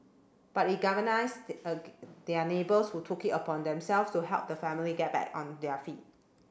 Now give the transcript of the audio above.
but it galvanised their neighbours who took it upon themselves to help the family get back on their feet